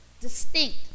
distinct